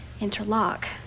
interlock